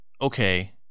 okay